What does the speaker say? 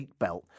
seatbelt